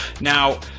now